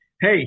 hey